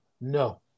No